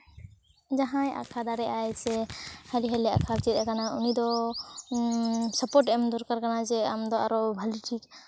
ᱡᱟᱦᱟᱸᱭ ᱟᱸᱠᱟ ᱫᱟᱲᱮᱭᱟᱜ ᱟᱭ ᱥᱮ ᱦᱟᱹᱞᱤ ᱦᱟᱹᱞᱤ ᱟᱸᱠᱟᱣ ᱪᱮᱫ ᱠᱟᱱᱟ ᱩᱱᱤ ᱫᱚ ᱥᱟᱯᱳᱨᱴ ᱮᱢ ᱫᱚᱨᱠᱟᱨ ᱠᱟᱱᱟ ᱡᱮ ᱟᱢᱫᱚ ᱟᱨᱚ ᱵᱷᱟᱞᱮ ᱴᱷᱤᱠ